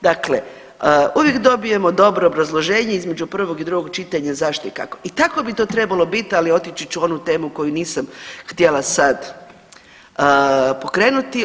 Dakle, uvijek dobijemo dobro obrazloženje između prvog i drugog čitanja zašto i kako i tako bi to trebalo biti, ali otići ću u onu temu koju nisam htjela sad pokrenuti.